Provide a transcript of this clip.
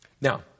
Now